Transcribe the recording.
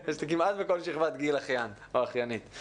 יש לי כמעט בכל שכבת גיל אחיין או אחיינית.